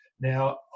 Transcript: now